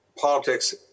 politics